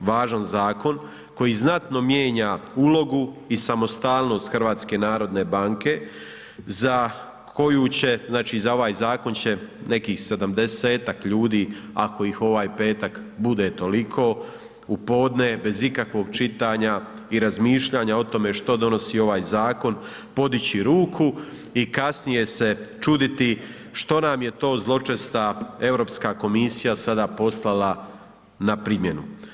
važan zakon koji znatno mijenja ulogu i samostalnost HNB-a za koju će, znači za ovaj zakon će nekih 70-ak ljudi ih ovak petak bude toliko, u podne bez ikakvog čitanja i razmišljanja o tome što donosi ovaj zakon, podići ruku i kasnije se čuditi što nam je to zločesta Europska komisija sada poslala na primjenu.